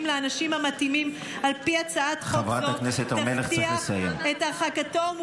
לאנשים המתאימים על פי הצעת חוק זו יבטיח את הרחקתו,